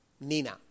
Nina